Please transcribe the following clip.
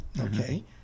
Okay